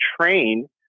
train